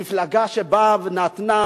מפלגה שבאה ונתנה